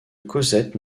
cosette